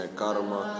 karma